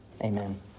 Amen